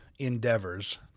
Endeavors